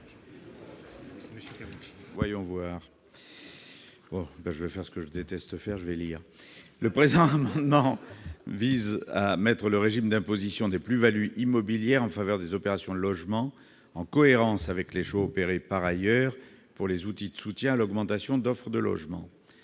ainsi libellé : La parole est à M. Roger Karoutchi. Le présent amendement vise à mettre le régime d'imposition des plus-values immobilières en faveur des opérations de logements en cohérence avec les choix opérés par ailleurs pour les outils de soutien à l'augmentation d'offre de logements.